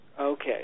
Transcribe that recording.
Okay